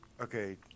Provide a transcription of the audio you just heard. Okay